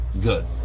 good